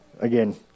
again